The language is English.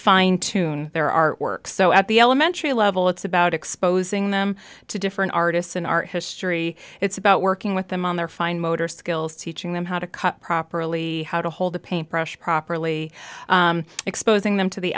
fine tune their our work so at the elementary level it's about exposing them to different artists in our history it's about working with them on their fine motor skills teaching them how to cut properly how to hold a paint brush properly exposing them to the